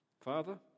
Father